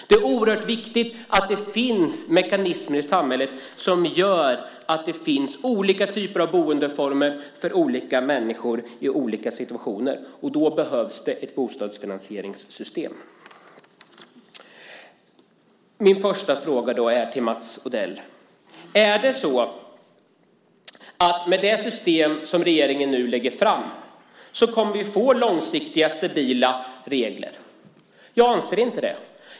Det är oerhört viktigt att det finns mekanismer i samhället som gör att det finns olika typer av boendeformer för olika människor i olika situationer, och då behövs det ett bostadsfinansieringssystem. Min första fråga till Mats Odell är: Kommer vi med det system som regeringen nu lägger fram att få långsiktiga, stabila regler? Jag anser inte det.